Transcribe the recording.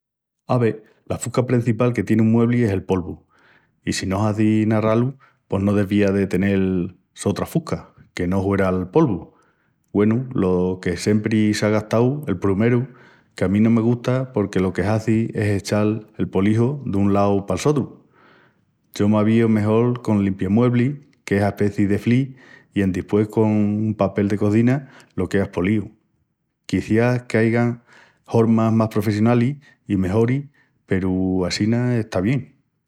Ave, la fusca prencipal que tieni un muebli es el polvu i si no hazis ná ralu pos no devía de tenel otra fusca que no huera'l polvu. Güenu, lo que siempri s'á gastau, el prumeru, qu'a mí no gusta porque lo que hazi es echal el poliju dun lau pal otru. Yo m'avíu mejol col limpiamueblis qu'es aspeci de fli i pos con un papel de cozina lo queas políu. Quiciás qu'aigan hormas más professionalis i mejoris peru assina está bien.